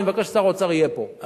אני מבקש ששר האוצר יהיה פה,